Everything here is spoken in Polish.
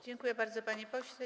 Dziękuję bardzo, panie pośle.